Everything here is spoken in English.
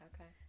Okay